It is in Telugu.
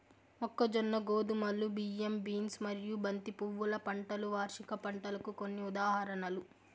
మొక్కజొన్న, గోధుమలు, బియ్యం, బీన్స్ మరియు బంతి పువ్వుల పంటలు వార్షిక పంటలకు కొన్ని ఉదాహరణలు